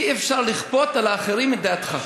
אי-אפשר לכפות על האחרים את דעתך.